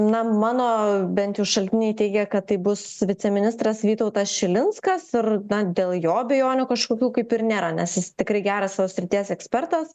na mano bent jų šaltiniai teigia kad tai bus viceministras vytautas šilinskas ir na dėl jo abejonių kažkokių kaip ir nėra nes jis tikrai geras savo srities ekspertas